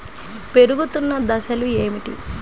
పెరుగుతున్న దశలు ఏమిటి?